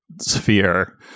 sphere